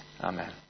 Amen